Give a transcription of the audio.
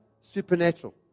supernatural